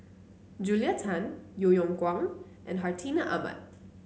Julia Tan Yeo Yeow Kwang and Hartinah Ahmad